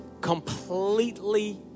completely